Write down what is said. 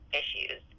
issues